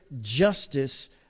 justice